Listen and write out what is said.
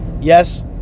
Yes